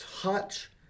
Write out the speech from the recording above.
touch